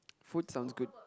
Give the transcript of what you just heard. food sounds good